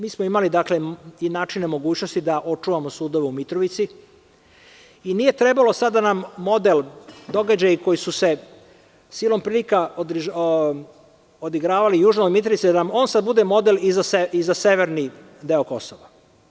Mi smo imali dakle i načine i mogućnosti da očuvamo sudove u Mitrovici i nije trebalo sada da nam model događaji koji su se sada silom prilika odigravali južno od Mitrovice, da nam on sada bude model i za severni deo Mitrovice.